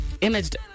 imaged